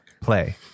play